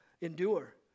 endure